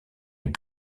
les